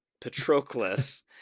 patroclus